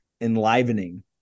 enlivening